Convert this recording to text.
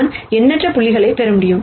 நான் எண்ணற்ற புள்ளிகளைப் பெற முடியும்